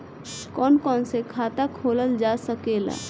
कौन कौन से खाता खोला जा सके ला?